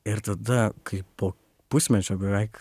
ir tada kai po pusmečio beveik